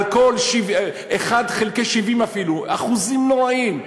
על כל 70, 1 חלקי 70, אחוזים נוראים.